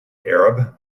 arab